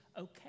okay